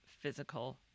physical